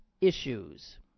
issues